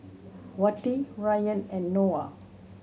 Wati Ryan and Noah